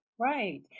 Right